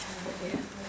but ya